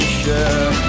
share